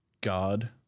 god